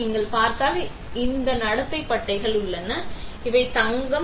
நீங்கள் பார்த்தால் இந்த நடத்தை பட்டைகள் உள்ளன இவை தங்கம்